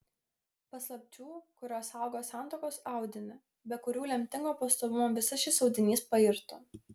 paslapčių kurios saugo santuokos audinį be kurių lemtingo pastovumo visas šis audinys pairtų